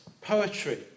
poetry